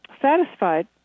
satisfied